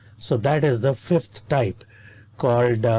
so that is the fifth type called.